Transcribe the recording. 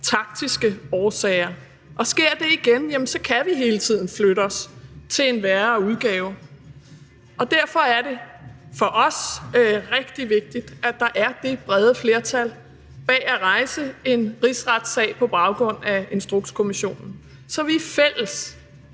taktiske årsager, og sker det igen, jamen så kan vi hele tiden flytte os til en værre udgave. Derfor er det for os rigtig vigtigt, at der er det brede flertal bag at rejse en rigsretssag på baggrund af Instrukskommissionen, så vi er fælles